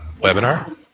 webinar